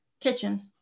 kitchen